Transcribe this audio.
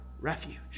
refuge